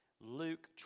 Luke